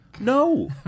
No